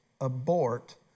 abort